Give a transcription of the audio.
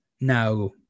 now